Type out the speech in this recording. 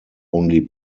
only